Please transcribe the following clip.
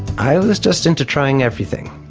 i was just into trying everything.